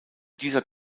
dieser